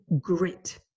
grit